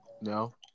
No